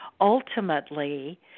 ultimately